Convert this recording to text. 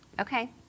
Okay